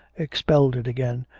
expelled it again,